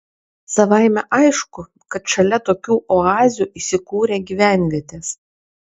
savaime aišku kad šalia tokių oazių įsikūrė gyvenvietės